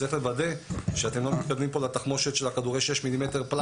צריך לוודא שאתם לא מתכוונים פה לתחמושת של כדורי 6 מילימטר פלסטיק.